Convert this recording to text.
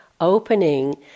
opening